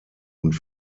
und